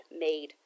made